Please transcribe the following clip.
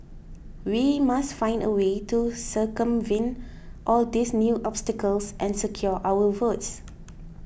we must find a way to circumvent all these new obstacles and secure our votes